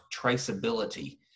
traceability